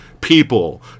people